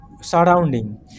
surrounding